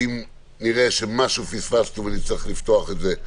שאם נראה שמשהו פספסנו ונצטרך לפתוח את זה,